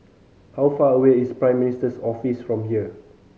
how far away is Prime Minister Office from here